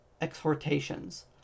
exhortations